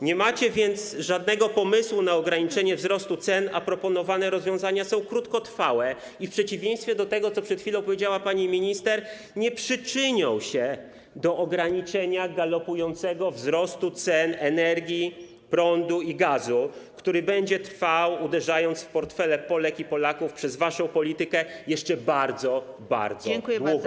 Nie macie więc żadnego pomysłu na ograniczenie wzrostu cen, a proponowane rozwiązania są krótkotrwałe i w przeciwieństwie do tego, co przed chwilą powiedziała pani minister, nie przyczynią się do ograniczenia galopującego wzrostu cen energii, prądu i gazu, który będzie trwał, uderzając w portfele Polek i Polaków przez waszą politykę jeszcze bardzo, bardzo